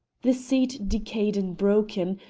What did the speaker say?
the seat decayed and broken,